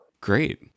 Great